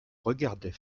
regardait